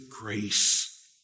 grace